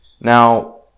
Now